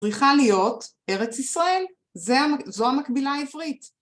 צריכה להיות ארץ ישראל זו המקבילה העברית